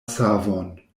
savon